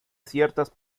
ciertas